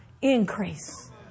increase